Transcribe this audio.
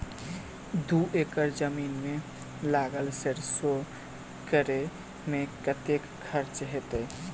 दू एकड़ जमीन मे लागल सैरसो तैयार करै मे कतेक खर्च हेतै?